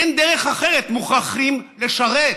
אין דרך אחרת, מוכרחים לשרת.